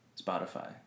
Spotify